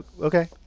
Okay